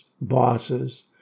bosses